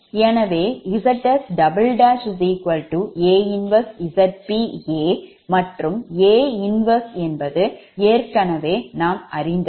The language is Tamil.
எனவே Zs A 1ZpA மற்றும் A 1 என்பது ஏற்கனவே நாம் அறிந்ததே